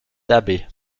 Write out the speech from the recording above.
debbie